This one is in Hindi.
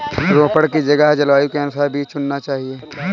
रोपड़ की जगह के जलवायु के अनुसार बीज चुनना चाहिए